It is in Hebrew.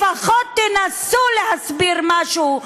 לפחות תנסו להסביר משהו,